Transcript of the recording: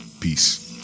peace